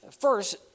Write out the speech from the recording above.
First